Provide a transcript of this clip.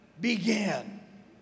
began